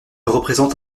représente